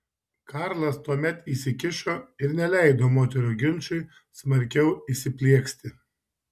karlas tuomet įsikišo ir neleido moterų ginčui smarkiau įsiplieksti